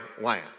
land